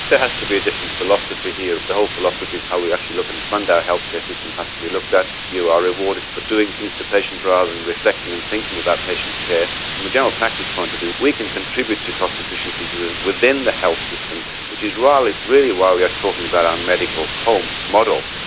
has to be a different philosophy here the whole philosophy of how we actually look and fund our healthcare system has to be looked at. you are rewarded for doing things to patients rather than reflecting and thinking about patient care. from a general practice point of view, we can contribute to cost efficiencies within the health system, which is really why we are talking about our medical home model.